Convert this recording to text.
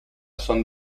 son